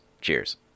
Cheers